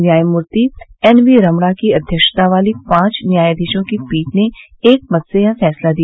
न्यायमूर्ति N V Ramana की अध्यक्षता वाली पांच न्यायाधीशों की पीठ ने एकमत से यह फैसला दिया